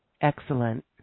Excellent